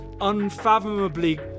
unfathomably